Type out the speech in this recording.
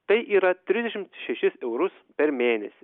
tai yra trisdešimt šešis eurus per mėnesį